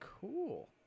Cool